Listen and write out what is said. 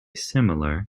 similar